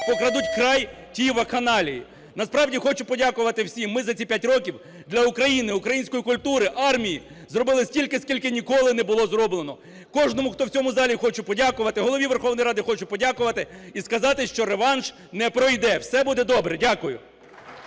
покладуть край тій вакханалії. Насправді хочу подякувати всім. Ми за ці 5 років для України, української культури, армії зробили стільки, скільки ніколи не було зроблено. Кожному, хто в цьому залі, хочу подякувати. Голові Верховної Ради хочу подякувати. І сказати, що реванш не пройде. Все буде добре. Дякую.